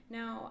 Now